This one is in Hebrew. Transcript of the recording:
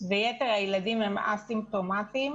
ויתר הילדים הם אסימפטומטיים,